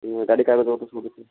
ଏଁ ଗାଡ଼ି କାଗଜପତ୍ର ସବୁ ଦେଖେଇଲେ